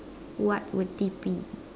what would it be